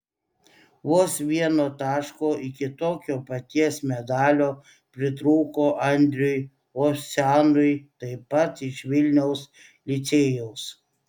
vos vieno taško iki tokio paties medalio pritrūko andriui ovsianui taip pat iš vilniaus licėjaus